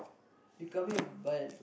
they come here but